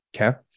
okay